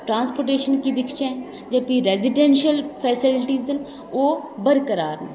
transportation गी दिक्खचै जां भी रेजिडेंशियल फैसिलिटीस न ओह् बरकरार न